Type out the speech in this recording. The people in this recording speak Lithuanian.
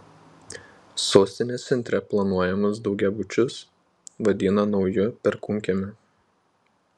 sostinės centre planuojamus daugiabučius vadina nauju perkūnkiemiu